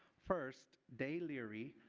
first day leary,